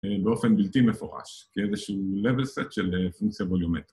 ‫באופן בלתי מפורש, ‫כאיזשהו לבל סט של פונקציה בוליומטרית.